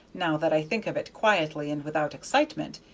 now that i think of it quietly and without excitement.